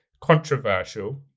controversial